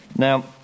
Now